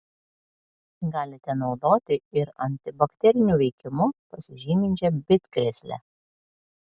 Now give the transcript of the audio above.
galite naudoti ir antibakteriniu veikimu pasižyminčią bitkrėslę